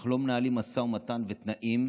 אנחנו לא מנהלים משא ומתן ותנאים,